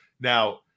now